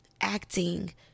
acting